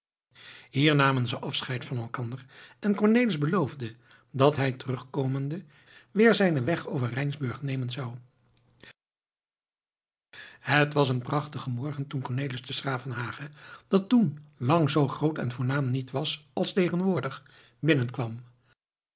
hier namen ze afscheid van elkander en cornelis beloofde dat hij terugkomende weer zijnen weg over rijnsburg nemen zou het was een prachtige morgen toen cornelis te s gravenhage dat toen lang zoo groot en voornaam niet was als tegenwoordig binnenkwam